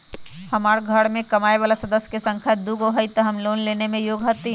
हमार घर मैं कमाए वाला सदस्य की संख्या दुगो हाई त हम लोन लेने में योग्य हती?